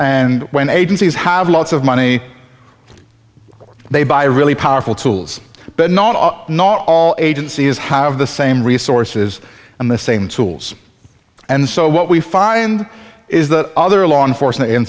and when agencies have lots of money they buy really powerful tools but not all not all agencies have the same resources and the same tools and so what we find is that other law enforcement